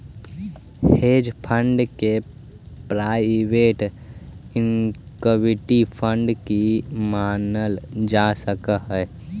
hedge fund के private equity fund भी मानल जा सकऽ हई